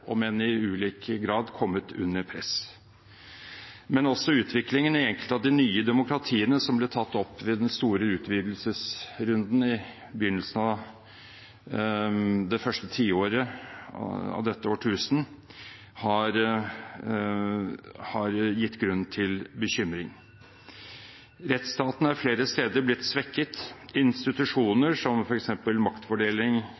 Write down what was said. i ulik grad, kommet under press. Men også utviklingen i enkelte av de nye demokratiene som ble tatt opp ved den store utvidelsesrunden i begynnelsen av det første tiåret av dette årtusen, har gitt grunn til bekymring. Rettsstaten er flere steder blitt svekket.